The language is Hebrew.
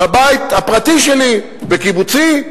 על הבית הפרטי שלי, בקיבוצי.